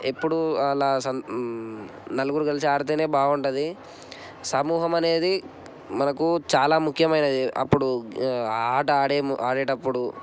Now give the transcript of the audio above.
ఎప్పుడు అలా సం నలుగురు కలిసి ఆడితే బాగుంటుంది సమూహం అనేది మనకు చాలా ముఖ్యమైనది అప్పుడు ఆట ఆడే ఆడేటప్పుడు